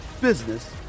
business